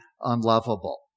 unlovable